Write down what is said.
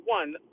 one